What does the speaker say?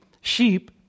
sheep